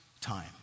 time